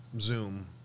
Zoom